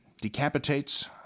Decapitates